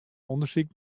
ûndersyk